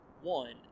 One